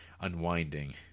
unwinding